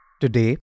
Today